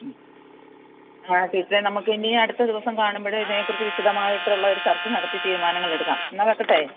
മ്മ് ആ ടീച്ചറെ നമുക്ക് ഇനി അടുത്ത ദിവസം കാണുമ്പോള് ഇതിനെക്കുറിച്ച് വിശദമായിട്ടുള്ള ഒരു ചർച്ച നടത്തി തീരുമാനങ്ങൾ എടുക്കാം എന്നാല് വയ്ക്കട്ടെ